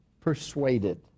persuaded